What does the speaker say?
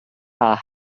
are